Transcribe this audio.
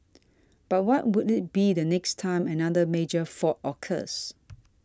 but what would it be the next time another major fault occurs